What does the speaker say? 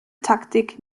taktik